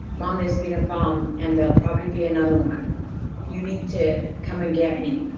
mom, there's been a bomb, and there'll probably be another one you need to come and get me.